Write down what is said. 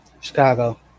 Chicago